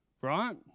Right